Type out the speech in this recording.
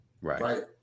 Right